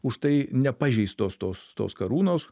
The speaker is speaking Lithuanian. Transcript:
už tai nepažeistos tos tos karūnos